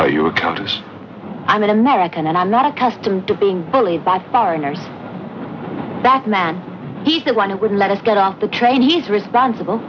are you a countess i'm an american and i'm not accustomed to being bullied by foreigners that man he's the one who would let us get off the train he's responsible